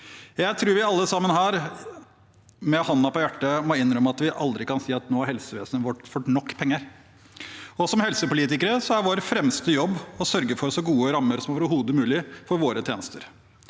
med hånden på hjertet må innrømme at vi aldri kan si at nå har helsevesenet vårt fått nok penger. Som helsepolitikere er vår fremste jobb å sørge for så gode rammer som overhodet mulig for våre tjenester.